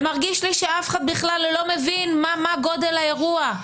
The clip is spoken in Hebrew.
ומרגיש לי שאף אחד בכלל לא מבין מה גודל האירוע,